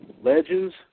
legends